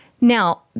Now